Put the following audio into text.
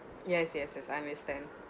yes yes yes I understand